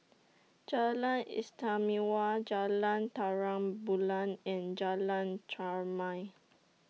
Jalan Istimewa Jalan Terang Bulan and Jalan Chermai